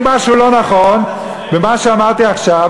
אם משהו לא נכון במה שאמרתי עכשיו,